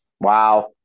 Wow